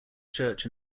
church